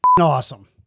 awesome